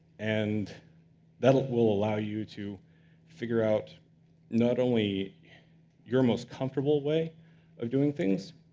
and that will allow you to figure out not only your most comfortable way of doing things,